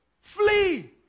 flee